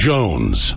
Jones